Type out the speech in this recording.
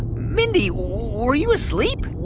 mindy, were you asleep?